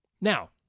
Now